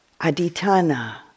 Aditana